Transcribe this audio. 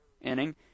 inning